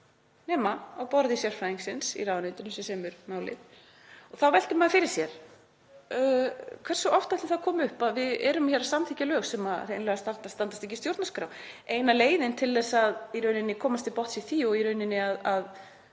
nema á borði sérfræðingsins í ráðuneytinu sem semur málið. Þá veltir maður fyrir sér: Hversu oft ætli það komi upp að við séum hér að samþykkja lög sem hreinlega standast ekki stjórnarskrá? Eina leiðin til að komast til botns í því og í rauninni að